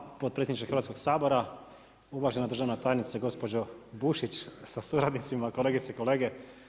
Hvala potpredsjedniče Hrvatskog sabora, uvažena državna tajnice, gospođo Bušić sa suradnicima, kolegice i kolege.